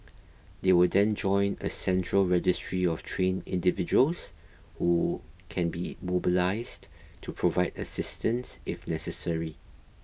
they will then join a central registry of trained individuals who can be mobilised to provide assistance if necessary